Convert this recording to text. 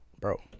bro